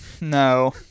No